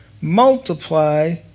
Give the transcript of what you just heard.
multiply